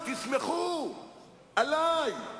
לך, אדוני היושב-ראש, והכתובת בעיני היא